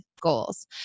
goals